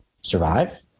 survive